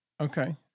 Okay